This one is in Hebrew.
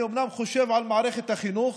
אני אומנם חושב על מערכת החינוך,